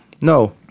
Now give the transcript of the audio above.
No